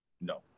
No